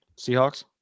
Seahawks